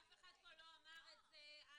אף אחד פה לא אמר את זה.